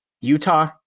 Utah